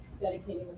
dedicating